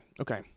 Okay